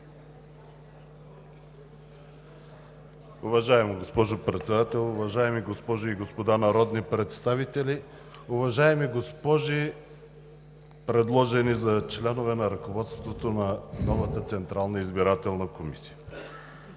Уважаема госпожо Председател, уважаеми госпожи и господа народни представители, уважаеми госпожи, предложени за членове на ръководството на нова Централна избирателна комисия!